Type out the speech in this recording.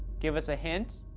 give us a hint?